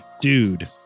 dude